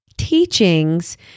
teachings